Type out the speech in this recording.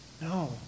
No